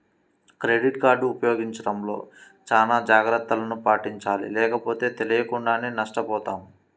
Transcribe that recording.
credit card ఉపయోగించడంలో చానా జాగర్తలను పాటించాలి లేకపోతే తెలియకుండానే నష్టపోతాం